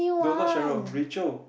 no not Sheryl Rachel